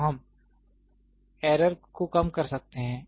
तो हम एरर को कम कर सकते हैं